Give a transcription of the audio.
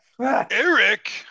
Eric